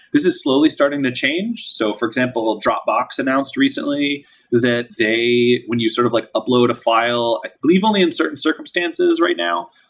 this is slowly starting to change. so, for example, dropbox announced recently that when you sort of like upload a file, i believe only in certain circumstances right now,